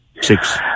six